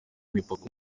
imipaka